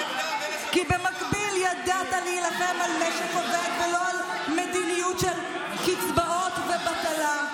כי במקביל ידעת להילחם על משק עובד ולא על מדיניות של קצבאות ובטלה.